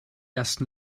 ersten